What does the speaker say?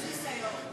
חוץ מסייעות.